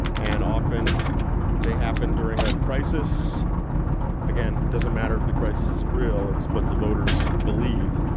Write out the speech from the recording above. and often they happen during a crisis again, doesn't matter if the crisis is real, it's what the voters believe.